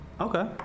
Okay